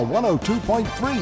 102.3